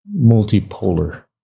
multipolar